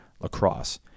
lacrosse